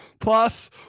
Plus